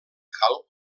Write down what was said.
cal